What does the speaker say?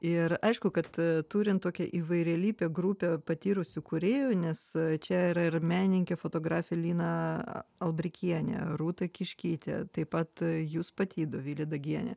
ir aišku kad turint tokią įvairialypę grupę patyrusių kūrėjų nes čia yra ir menininkė fotografė lina albrikienė rūta kiškytė taip pat jūs pati dovilė dagienė